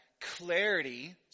clarity